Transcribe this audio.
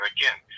Again